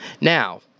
Now